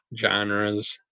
genres